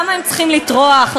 למה הם צריכים לטרוח,